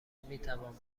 میتوان